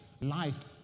life